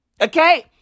Okay